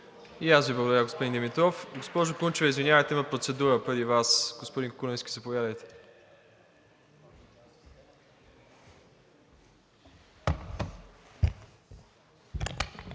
И аз Ви благодаря, господин Димитров. Госпожо Гунчева, извинявайте, има процедура преди Вас. Господин Куленски, заповядайте.